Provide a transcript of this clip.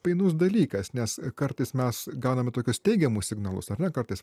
painus dalykas nes kartais mes gauname tokius teigiamus signalus ar ne kartais